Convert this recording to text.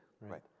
right